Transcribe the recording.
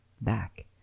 back